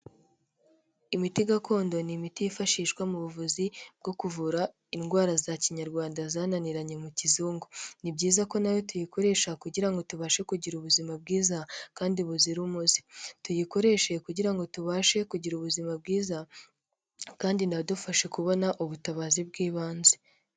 Imiti gakondo ni imiti yifashishwa mu buvuzi bwo kuvura indwara za kinyarwanda zananiranye mu kizungu. Ni byiza ko nayo tuyikoresha kugira ngo tubashe kugira ubuzima bwiza kandi buzira umuze, tuyikoreshe kugira ngo tubashe kugira ubuzima bwiza kandi inadufashe kubona ubutabazi bw'ibanze.